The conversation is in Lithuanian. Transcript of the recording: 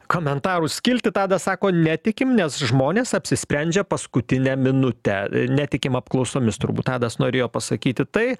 komentarų skiltį tadas sako netikim nes žmonės apsisprendžia paskutinę minutę netikim apklausomis turbūt tadas norėjo pasakyti tai